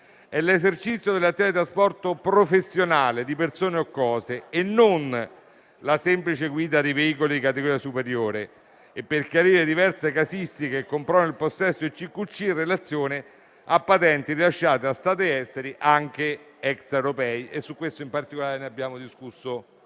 è l'esercizio e il trasporto professionale di persone o cose e non la semplice guida di veicoli di categoria superiore, e per chiarire le diverse casistiche che comprovano il possesso della CQC in relazione a patenti rilasciate da Stati esteri anche extra europei. Sul punto abbiamo discusso